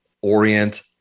Orient